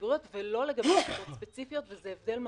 הציבוריות ולא לגבי מטרות ספציפיות וזה הבדל מהותי.